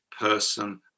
person